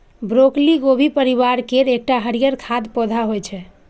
broccoli गोभी परिवार केर एकटा हरियर खाद्य पौधा होइ छै